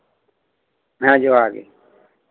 ᱦᱮᱸ ᱡᱚᱦᱟᱨᱜᱮ